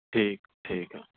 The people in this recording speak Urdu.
ٹھیک ٹھیک ہے